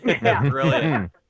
Brilliant